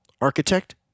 architect